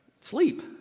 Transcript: sleep